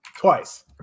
Twice